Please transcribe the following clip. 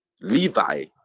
Levi